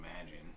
imagine